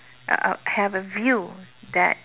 uh uh have a view that